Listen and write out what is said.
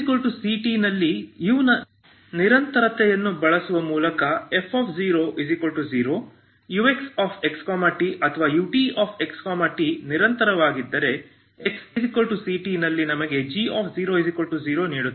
xct ನಲ್ಲಿ u ನ ನಿರಂತರತೆಯನ್ನು ಬಳಸುವ ಮೂಲಕ f0 uxxt ಅಥವಾ utxt ನಿರಂತರವಾಗಿದ್ದರೆ xct ನಲ್ಲಿ ನಿಮಗೆ g00 ನೀಡುತ್ತದೆ